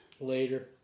Later